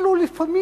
אפילו לפעמים,